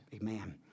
Amen